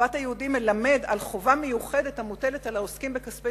הוא מלמד על חובה מיוחדת המוטלת על העוסקים בכספי